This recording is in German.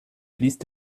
fließt